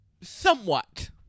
Somewhat